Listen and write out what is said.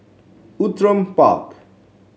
Outram Park